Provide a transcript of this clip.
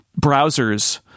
browsers